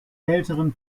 älteren